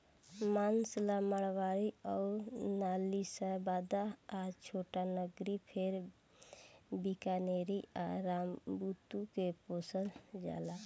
मांस ला मारवाड़ी अउर नालीशबाबाद आ छोटानगरी फेर बीकानेरी आ रामबुतु के पोसल जाला